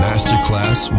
Masterclass